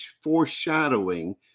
foreshadowing